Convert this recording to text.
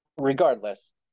Regardless